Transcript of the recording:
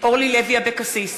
אורלי לוי אבקסיס,